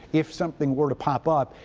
if something were to pop up,